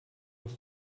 muss